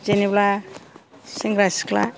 जेनोब्ला सेंग्रा सिख्ला